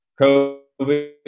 covid